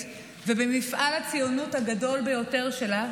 ובמפעל הציונות הגדול ביותר שלה,